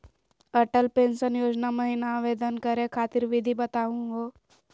Atal pension योजना महिना आवेदन करै खातिर विधि बताहु हो?